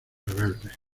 rebeldes